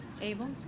Abel